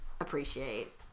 appreciate